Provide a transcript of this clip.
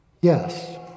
Yes